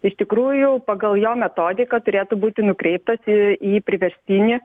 iš tikrųjų pagal jo metodiką turėtų būti nukreiptas į į priverstinį